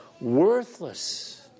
worthless